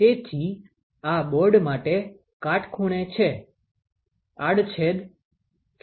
તેથી આ બોર્ડ માટે કાટખૂણે છે આડછેદ ક્ષેત્ર A છે